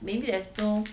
maybe there's no